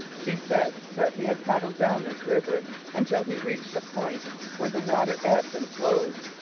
he said that he had paddled down this river until he reached a point where the water ebbed and flowed.